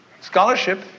scholarship